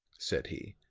said he,